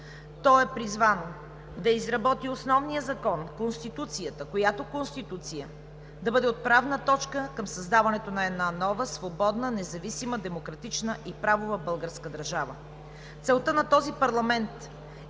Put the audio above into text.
То е призвано да изработи основния закон – Конституцията, която Конституция да бъде отправна точка към създаването на една нова, свободна, независима, демократична и правова българска държава.“ Целта на този парламент е